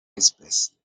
especie